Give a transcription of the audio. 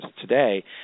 today